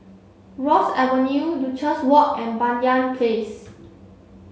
Rosyth Avenue Duchess Walk and Banyan Place